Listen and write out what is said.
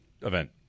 event